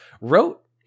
wrote